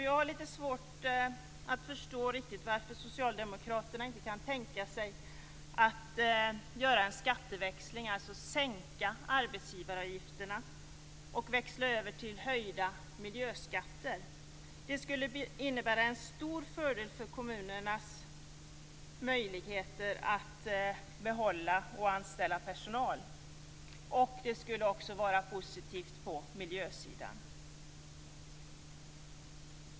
Jag har litet svårt att riktigt förstå varför socialdemokraterna inte kan tänka sig att göra en skatteväxling, alltså sänka arbetsgivaravgifterna och växla över till höjda miljöskatter. Det skulle innebära en stor fördel för kommunernas möjligheter att anställa och behålla personal. Det skulle också vara positivt på miljösidan.